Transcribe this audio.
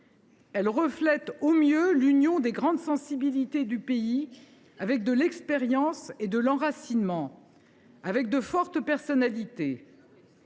Elle reflète au mieux l’union des grandes sensibilités du pays, avec de l’expérience, de l’enracinement et de fortes personnalités.